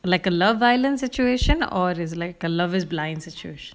like a love violence situation or is it like a lover's blind situation